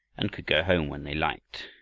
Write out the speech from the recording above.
and could go home when they liked.